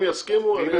אם יסכימו, אין בעיה.